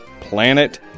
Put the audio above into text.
Planet